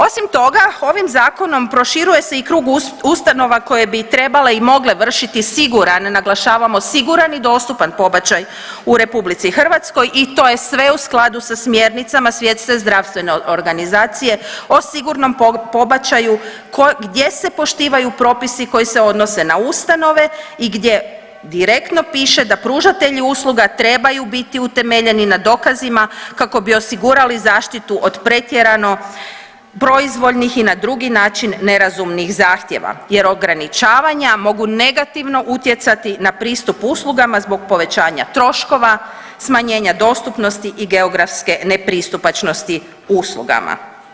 Osim toga ovim zakonom proširuje se i krug ustanova koje bi trebale i mogle vršiti siguran, naglašavamo siguran i dostupan pobačaj u RH i to je sve u skladu sa smjernicama Svjetske zdravstvene organizacije o sigurnom pobačaju gdje se poštivaju propisi koji se odnose na ustanove i gdje direktno piše da pružatelji usluga trebaju biti utemeljeni na dokazima kako bi osigurali zaštitu od pretjerano proizvoljnih i na drugi način nerazumnih zahtjeva jer ograničavanja mogu negativno utjecati na pristup uslugama zbog povećanja troškova, smanjenja dostupnosti i geografske nepristupačnosti uslugama.